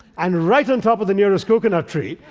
and right on top of the nearest coconut tree,